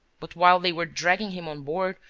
but, while they were dragging him on board,